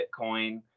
Bitcoin